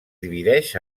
divideix